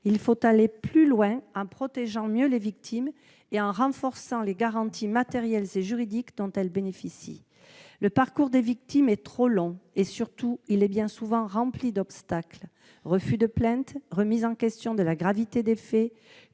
Il faut aller plus loin, en protégeant mieux les victimes et en renforçant les garanties matérielles et juridiques dont elles bénéficient. Le parcours des victimes est trop long. Surtout, il est bien souvent jonché d'obstacles : refus de plainte, remise en question de la gravité des faits,